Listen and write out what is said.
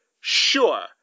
Sure